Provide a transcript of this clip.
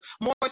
more